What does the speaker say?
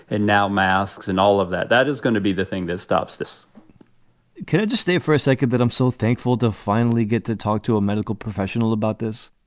and now masks and all of that. that is going to be the thing that stops this can i just stay for a second that i'm so thankful to finally get to talk to a medical professional about this?